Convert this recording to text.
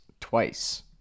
twice